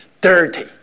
dirty